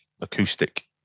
acoustic